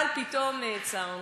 אבל פתאום נעצרנו,